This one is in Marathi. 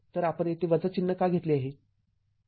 तर आपण येथे चिन्ह का घेतले आहे